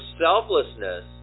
selflessness